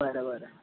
बरं बरं